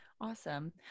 Awesome